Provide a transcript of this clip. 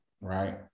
right